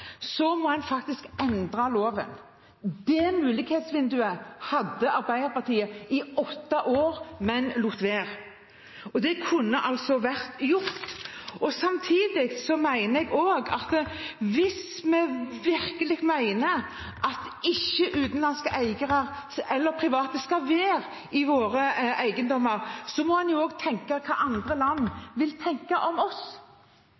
må en faktisk endre loven. Det mulighetsvinduet hadde Arbeiderpartiet i åtte år, men lot det være. Det kunne altså vært gjort. Samtidig mener jeg at hvis vi virkelig mener at ikke utenlandske eiere, eller private, skal være med og eie våre eiendommer, må en også tenke hva andre land vil tenke om oss.